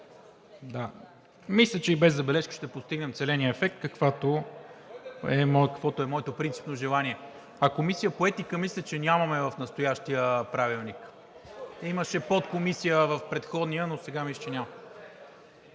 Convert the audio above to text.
Мисля, че и без забележка ще постигнем целения ефект, каквото е моето принципно желание. А Комисия по етика мисля, че нямаме в настоящия правилник. Имаше подкомисия в предходния, но сега мисля, че няма.